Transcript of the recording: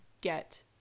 get